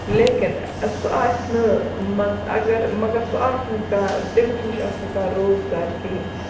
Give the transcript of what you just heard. لیکِن سُہ آسہِ نہٕ مگ اَگَر مَگَر سُہ آسہ نہٕ کانٛہہ تٔمِس نِش آسہِ نہٕ کانٛہہ روزگار کِہیٖنٛۍ